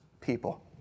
people